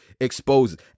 exposes